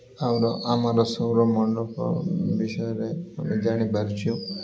ଆମର ଆମର ସୌରମଣ୍ଡଳ ବିଷୟରେ ଆମେ ଜାଣିପାରୁଛୁ